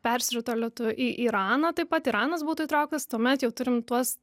persirutuliotų į iraną taip pat iranas būtų įtrauktas tuomet jau turim tuos